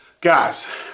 Guys